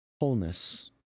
Wholeness